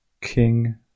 King